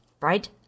right